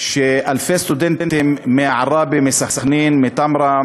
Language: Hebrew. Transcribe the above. על כך שאלפי סטודנטים מעראבה, מסח'נין, מתמרה,